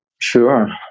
Sure